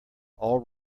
all